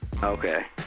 Okay